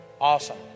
Awesome